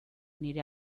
nire